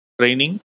training